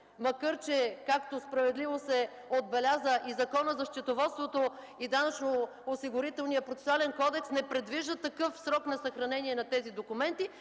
макар че, както справедливо се отбеляза, и Законът за счетоводството, и Данъчно-осигурителният процесуален кодекс не предвиждат такъв срок за съхранение на тези документи,